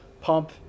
pump